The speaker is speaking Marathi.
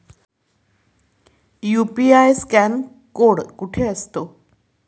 यु.पी.आय स्कॅन कोड कुठे असतो?